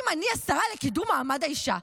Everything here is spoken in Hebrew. אם אני השרה לקידום מעמד האישה,